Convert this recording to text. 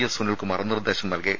S Sunilkumar നിർദ്ദേശം നൽകി